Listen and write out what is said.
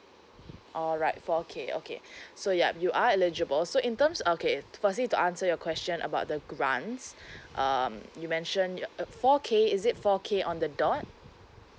alright four K okay so yup you are eligible so in terms okay firstly to answer your question about the grants um you mention your uh four K is it four K on the dot